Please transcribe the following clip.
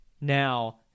Now